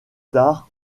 tard